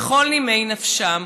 בכל נימי נפשם,